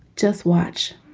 just watch